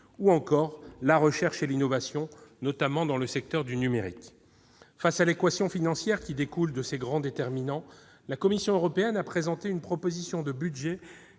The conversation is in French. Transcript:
ou encore la recherche et l'innovation, notamment dans le secteur du numérique. Face à l'équation financière qui découle de ces grands déterminants, la Commission européenne a présenté une proposition de budget